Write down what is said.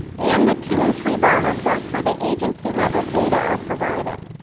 and the two-and three-bar reports where the agency-level data are provided.